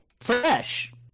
Fresh